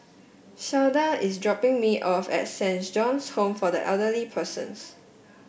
Shawnda is dropping me off at Saint John's Home for Elderly Persons